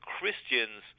Christians